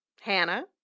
Hannah